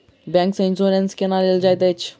bank सँ insurance केना लेल जाइत अछि